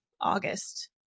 August